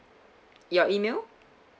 your email